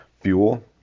Fuel